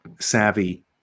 savvy